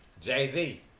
Jay-Z